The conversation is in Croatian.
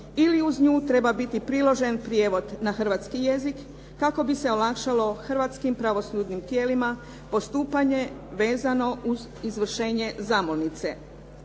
ili uz nju treba biti priložen prijevod na hrvatski jezik kako bi se olakšalo hrvatskim pravosudnim tijelima postupanje vezano uz izvršenje zamolnice,